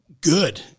good